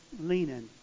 leaning